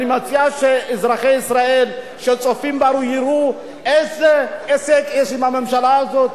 אני מציע שאזרחי ישראל שצופים בנו יראו איזה עסק יש עם הממשלה הזאת,